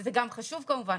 שזה גם חשוב כמובן,